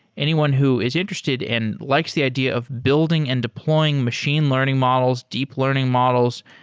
anyone who is interested and likes the idea of building and deploying machine learning models, deep learning models,